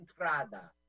entrada